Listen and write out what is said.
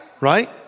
right